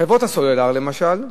חברות הסלולר, למשל,